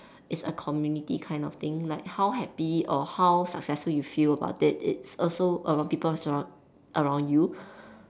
it's a community kind of thing like how happy or how successful you feel about it it's also about people surround~ around you